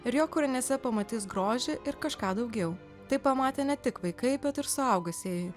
ir jo kūriniuose pamatys grožį ir kažką daugiau tai pamatė ne tik vaikai bet ir suaugusieji